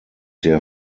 der